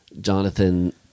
Jonathan